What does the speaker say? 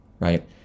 right